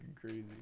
crazy